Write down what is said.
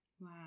Wow